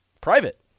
Private